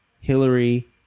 hillary